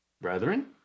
Brethren